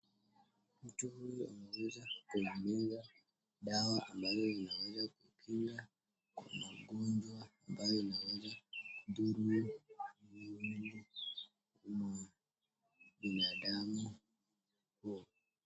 Anapewa dawa. Dawa hii haiwezi kumdhuru binadamu huo.